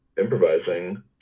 improvising